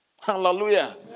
Hallelujah